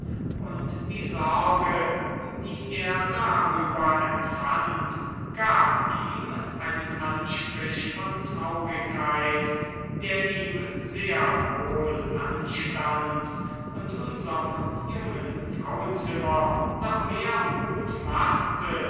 und die sorge die er darüber empfand gab ihm einen anstrich von traurigkeit der ihm sehr wohl anstand und unserm jungen frauenzimmer noch mehr mut machte